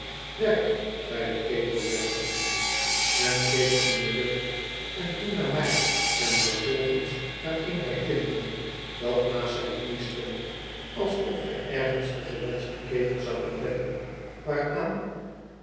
werk zei de ketelwerker nog eens en keek in de lucht en toen naar mij en vervolgens naar een der kinderen dat naast zijn knie stond alsof hij ergens de gewenschte ketel zou ontdekken waaraan